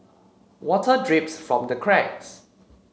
water drips from the cracks